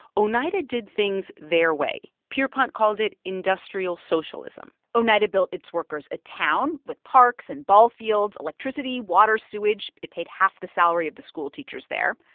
oneida did things their way. pierrepont called it industrial socialism oneida built its workers a town with parks and ballfields, electricity, water, sewage. it paid half the salary of the schoolteachers there.